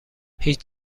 هیچ